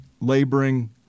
laboring